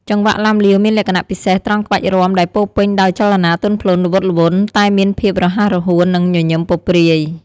ចង្វាក់ឡាំលាវ មានលក្ខណៈពិសេសត្រង់ក្បាច់រាំដែលពោរពេញដោយចលនាទន់ភ្លន់ ល្វត់ល្វន់ តែមានភាពរហ័សរហួន និងញញឹមពព្រាយ។